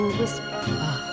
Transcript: whisper